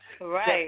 Right